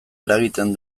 eragiten